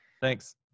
Thanks